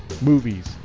movies